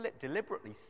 deliberately